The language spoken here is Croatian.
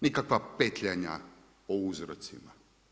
Nikakva petljanja o uzrocima.